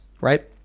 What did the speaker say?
right